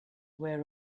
wear